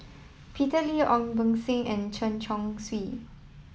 Peter Lee Ong Beng Seng and Chen Chong Swee